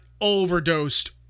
overdosed